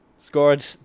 Scored